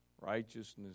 Righteousness